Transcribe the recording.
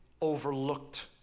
overlooked